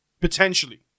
potentially